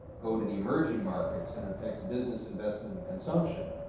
go to the emerging markets and affects business investment consumption.